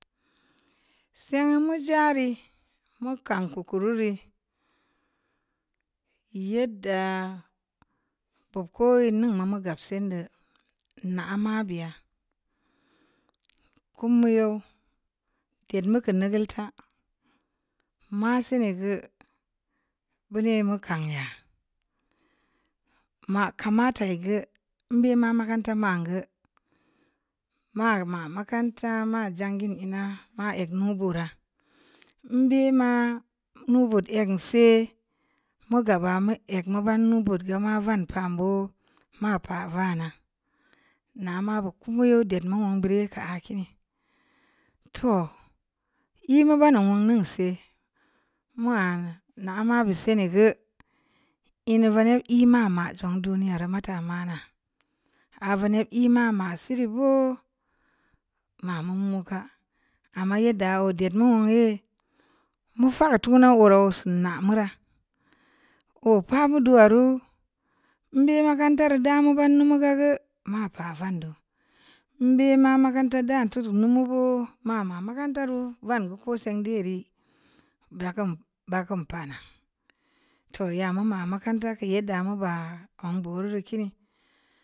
Samu jari mukam kuku rurə yadə pop koo nye mə gabse ndə na'ama biya kumureu tel mukə nagaltə mə siniigə buni mukam yə mə kamata gə nbema makaranta mə gə magmə makaranta mə njan gin hiə mə lg bunu rə ln bə ma mun vat gə ndi seu mu gəbo lg mannu burga mə vən pan bu manpa vana namə ku'ubuyu deuno bərni kə keni to nyiiba unun seu nmə na'ama nsa na gə lnii vani lma'ama zeu duniyar matar amana a vənii lma ma siri go mamun muka amə yəddə dəmu lnyi mu fang turu wuru seunə murə opa vundo nguru mbe mə makarantar dəbu mugannu mukə gə mapa vandə mbema makaranta da tur nmugbu mə və makarantaru vandə gə seu deurii də kamb də kam pana toria maman ma makarata nyi də mugbu rurə kiini.